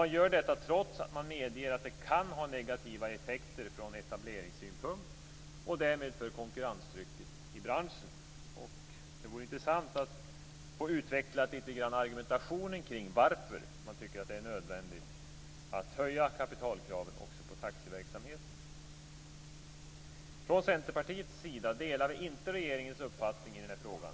Man gör detta trots att man medger att det kan ha negativa effekter från etableringssynpunkt och därmed för konkurrenstrycket i branschen. Det vore intressant att litet grand få argumentationen utvecklad kring varför man tycker att det är nödvändigt att höja kapitalkraven också på taxiverksamheten. Från Centerpartiets sida delar vi inte regeringens uppfattning i denna fråga.